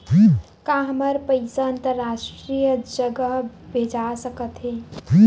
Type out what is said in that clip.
का हमर पईसा अंतरराष्ट्रीय जगह भेजा सकत हे?